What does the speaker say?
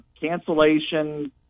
cancellation